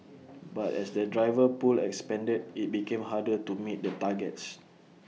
but as the driver pool expanded IT became harder to meet the targets